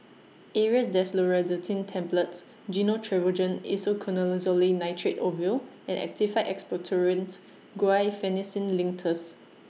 Aerius DesloratadineTablets Gyno Travogen Isoconazole Nitrate Ovule and Actified Expectorant Guaiphenesin Linctus